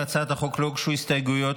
להצעת החוק לא הוגשו הסתייגות,